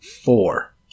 four